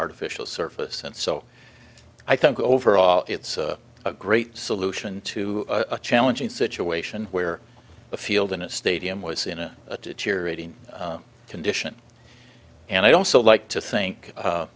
artificial surface and so i think overall it's a great solution to a challenging situation where the field in a stadium was in a deteriorating condition and i also like to think a